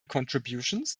contributions